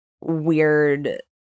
weird